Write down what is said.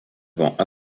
vend